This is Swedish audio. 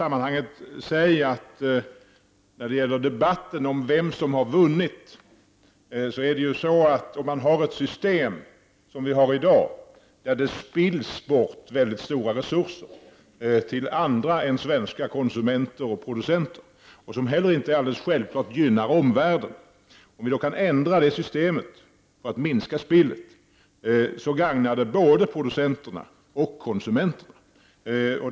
Om vi kan ändra det nuvarande systemet och minska det stora spillet av resurser till andra än svenska konsumenter och producenter, ett spill som inte självklart gynnar omvärlden, då är det till gagn för både konsumenter och producenter.